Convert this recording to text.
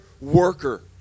worker